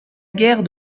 guerre